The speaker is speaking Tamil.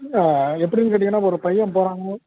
எப்படினு கேட்டிங்கனா ஒரு பையன் போகிறான்னா